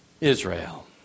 Israel